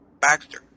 Baxter